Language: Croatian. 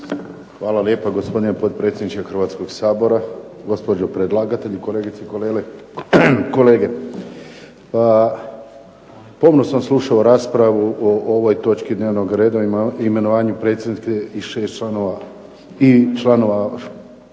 Hvala lijepa gospodine potpredsjedniče Hrvatskog sabora, gospođo predlagatelj, kolegice i kolege. Pa pomno sam slušao raspravu o ovoj točki dnevnog reda i imenovanju predsjednika i šest članova